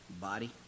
body